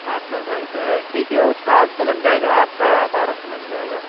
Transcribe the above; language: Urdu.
آٹھ نو سال کا ہے ٹھیک ہے اس کا آٹھ سو لگ جائے گا آپ کا بارہ سو لگ جائے گا